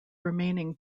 remaining